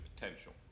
potential